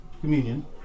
communion